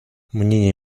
мнение